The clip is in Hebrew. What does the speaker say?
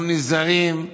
אנחנו נזהרים,